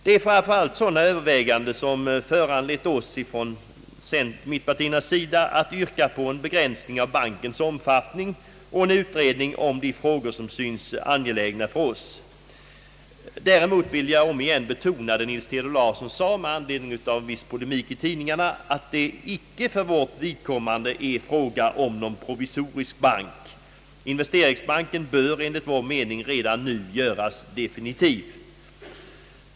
Det är framför allt dessa överväganden som har föranlett oss från mittenpartierna att yrka på en begränsning av bankens omfattning och en utredning av de frågor som för oss synes angelägna. Däremot vill jag än en gång med anledning av viss kritik i tidningarna betona vad herr Nils Theodor Larsson sade, nämligen att det för vårt vidkommande inte är fråga om någon provisorisk bank. Investeringsbanken bör enligt vår mening redan nu göras definitiv.